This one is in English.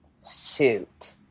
suit